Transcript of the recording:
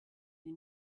die